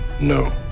No